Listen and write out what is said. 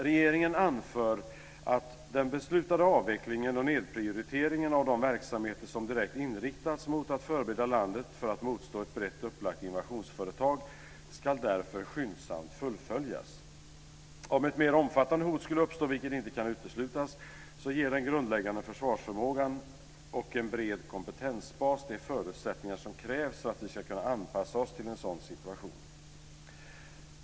Regeringen anför att "den beslutade avvecklingen och nedprioriteringen av de verksamheter som direkt inriktats mot att förbereda landet för att motstå ett brett upplagt invasionsföretag skall därför skyndsamt fullföljas". Om ett mer omfattande hot skulle uppstå, vilket inte kan uteslutas, "ger den grundläggande försvarsförmågan och en bred kompetensbas de förutsättningar som krävs för att vi ska kunna anpassa oss till en sådan situation".